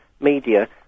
media